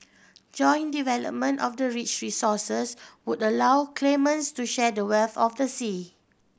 joint development of the rich resources would allow claimants to share the wealth of the sea